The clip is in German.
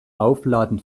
aufladen